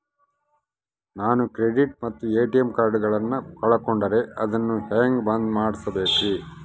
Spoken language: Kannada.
ನಾನು ಕ್ರೆಡಿಟ್ ಮತ್ತ ಎ.ಟಿ.ಎಂ ಕಾರ್ಡಗಳನ್ನು ಕಳಕೊಂಡರೆ ಅದನ್ನು ಹೆಂಗೆ ಬಂದ್ ಮಾಡಿಸಬೇಕ್ರಿ?